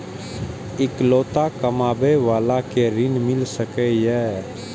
इकलोता कमाबे बाला के ऋण मिल सके ये?